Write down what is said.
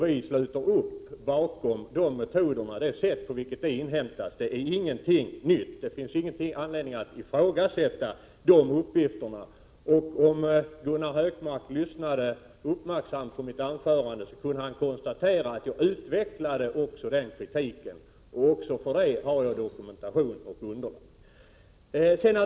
Vi sluter upp bakom det sättet. Det finns ingen anledning att ifrågasätta uppgifterna. Om Gunnar Hökmark hade lyssnat uppmärksamt på mitt anförande, kunde han ha konstaterat att jag upprepade den kritiken. Jag har både dokumentation och annat underlag för att kunna göra det.